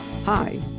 Hi